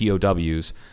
POWs